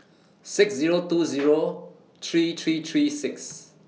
six Zero two Zero three three three six